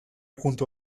junto